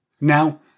Now